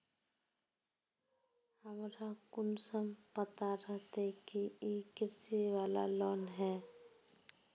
हमरा कुंसम पता रहते की इ कृषि वाला लोन है?